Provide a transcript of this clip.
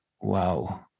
wow